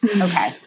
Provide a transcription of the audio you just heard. Okay